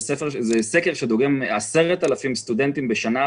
זה סקר שדוגם 10,000 סטודנטים בשנה,